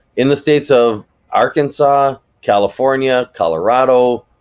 in the states of arkansas, california, colorado,